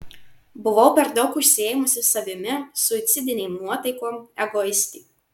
buvau per daug užsiėmusi savimi suicidinėm nuotaikom egoistė